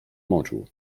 moczu